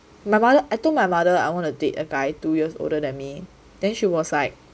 my mother I told my mother I wanna date a guy two years older than me then she was like